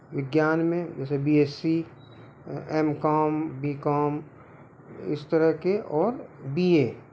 विज्ञान में जैसे B S C M com B com इस तरह के और बी ए